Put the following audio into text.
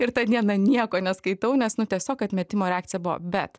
ir tą dieną nieko neskaitau nes nu tiesiog atmetimo reakcija buvo bet